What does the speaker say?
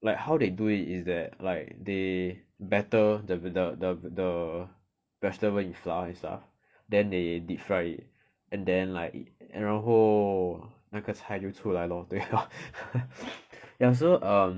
like how they do it is like they batter the the the vegetable in flour and stuff then they deep fry it and then like 然后那个菜就出来咯对咯 ya so um